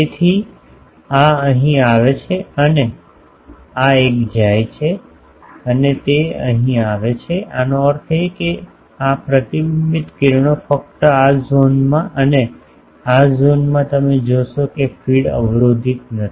તેથી આ અહીં આવે છે અને આ એક જાય છે અને તે અહીં આવે છે આનો અર્થ એ છે કે પ્રતિબિંબિત કિરણો ફક્ત આ ઝોનમાં અને આ ઝોનમાં તમે જોશો ફીડ અવરોધિત નથી